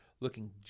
looking